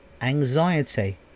anxiety